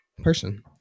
person